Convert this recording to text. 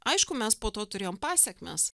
aišku mes po to turėjom pasekmes